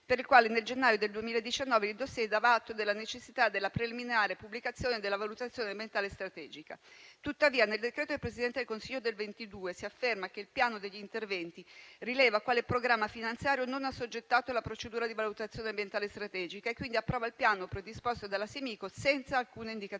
per il quale nel gennaio del 2019 il *dossier* dava atto della necessità della preliminare pubblicazione della valutazione ambientale strategica. Tuttavia, nel decreto del Presidente del Consiglio del 2022 si afferma che il piano degli interventi rileva quale programma finanziario non assoggettato alla procedura di valutazione ambientale strategica e quindi approva il piano predisposto dalla Simico senza alcuna indicazione